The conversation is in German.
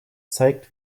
zeigt